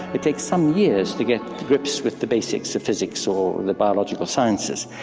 it takes some years to get to grips with the basics of physics or the biological sciences.